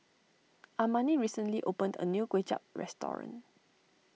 Amani recently opened a new Kway Chap restoring